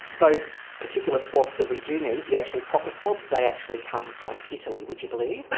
those particular swabs that we do need, the actual proper swabs, they actually come from italy, would you believe?